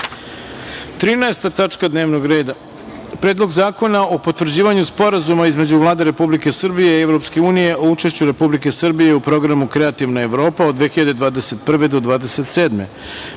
tačka dnevnog reda – Predlog zakona o potvrđivanju Sporazuma između Vlade Republike Srbije i Evropske unije o učešću Republike Srbije u programu Kreativna Evropa od 2021. do 2027.Pre